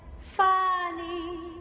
funny